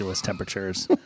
temperatures